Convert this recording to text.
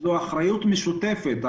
זו אחריות משותפת,